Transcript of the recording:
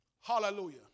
Hallelujah